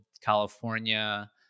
California